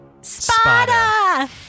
Spada